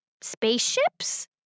Spaceships